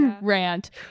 rant